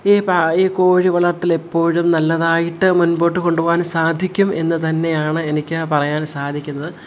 ഈ ഈ കോഴി വളർത്തലെപ്പോഴും നല്ലതായിട്ട് മുൻപോട്ട് കൊണ്ടുപോവാൻ സാധിക്കും എന്നു തന്നെയാണ് എനിക്ക് പറയാൻ സാധിക്കുന്നത്